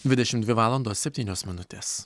dvidešimt dvi valandos septynios minutės